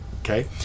okay